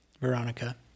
Veronica